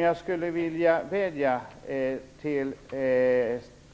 Jag vill vädja till